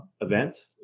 events